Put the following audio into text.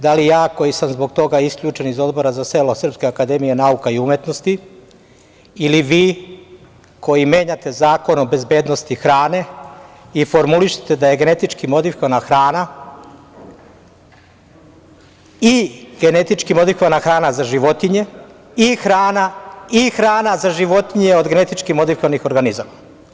Da li ja, koji sam zbog toga isključen iz Odbora za selo SANU, ili vi, koji menjate Zakon o bezbednosti hrane i formulišete da je genetički modifikovana hrana i genetički modifikovana hrana za životinje i hrana za životinje od genetički modifikovanih organizama?